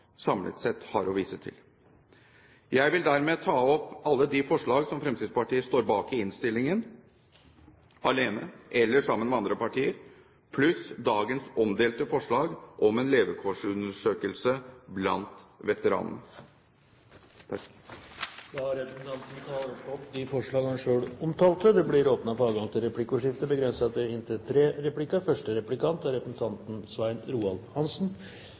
samlet sett har å vise til. Jeg vil dermed ta opp alle de forslag som Fremskrittspartiet står bak i innstillingen, alene eller sammen med andre partier, pluss dagens omdelte forslag om en levekårsundersøkelse blant veteraner. Da har representanten Morten Høglund tatt opp de forslag han refererte til. Det blir adgang til replikkordskifte. Representanten Høglund sa at det var viktig også for Norge at mennesker blir løftet ut av fattigdom. Det er